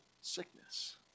sickness